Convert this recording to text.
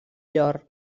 llor